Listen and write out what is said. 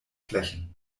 flächen